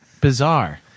bizarre